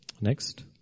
Next